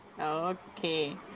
Okay